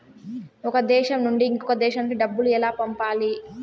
ఒక దేశం నుంచి ఇంకొక దేశానికి డబ్బులు ఎలా పంపాలి?